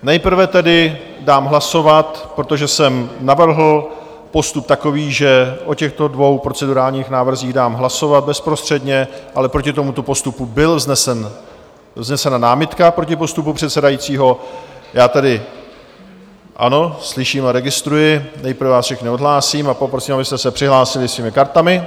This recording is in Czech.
Nejprve tedy dám hlasovat, protože jsem navrhl postup takový, že o těchto dvou procedurálních návrzích dám hlasovat bezprostředně, ale proti tomuto postupu byla vznesena námitka proti postupu předsedajícího, já tedy ano, slyším a registruji, nejprve vás všechny odhlásím a poprosím, abyste se přihlásili svými kartami.